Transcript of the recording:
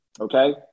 okay